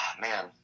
man